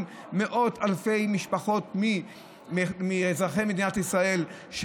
מאות אלפי משפחות מאזרחי מדינת ישראל,